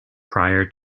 prior